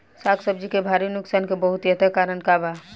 साग सब्जी के भारी नुकसान के बहुतायत कारण का बा?